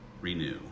renew